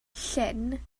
llyn